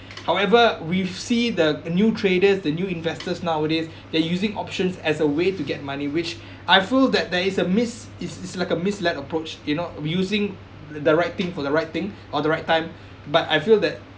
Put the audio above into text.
however we see the new traders the new investors nowadays they're using options as a way to get money which I feel that there is a miss it's it's like a misled approach you know using the right for the right thing or the right time but I feel that